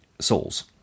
souls